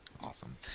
awesome